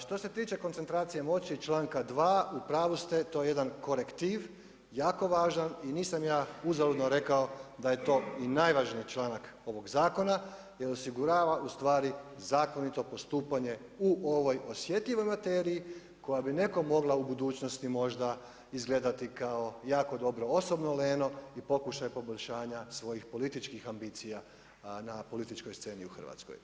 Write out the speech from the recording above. Što se tiče koncentracije moći članka 2. u pravu ste, to je jedan korektiv, jako važan i nisam ja uzaludno rekao da je to i najvažniji članak ovog zakon jer osigurava ustvari zakonito postupanje u ovoj osjetljivoj materiji koja bi nekom mogla u budućnosti možda izgledati kao jako dobro osobno leno i pokušaj poboljšanja svojih političkih ambicija na političkoj sceni u Hrvatskoj.